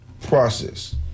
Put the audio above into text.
process